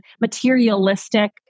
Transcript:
materialistic